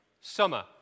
Summer